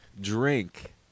drink